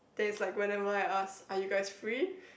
then is like whenever I ask are you guys free